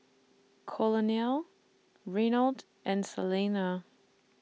Colonel Reynold and Salena